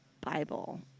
Bible